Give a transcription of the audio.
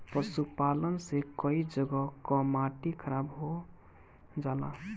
पशुपालन से कई जगह कअ माटी खराब हो जाला